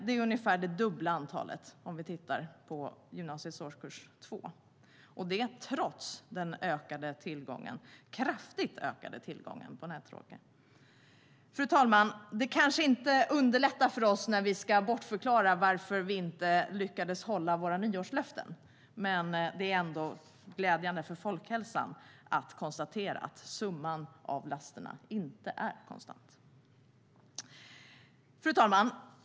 Det är ungefär det dubbla antalet jämfört med gymnasiets årskurs 2 - detta trots den kraftigt ökade tillgången på nätdroger. Fru talman! Det kanske inte underlättar för oss när vi ska bortförklara varför vi inte lyckades hålla våra nyårslöften, men det är ändå glädjande för folkhälsan att konstatera att summan av lasterna inte är konstant.